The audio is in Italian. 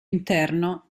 interno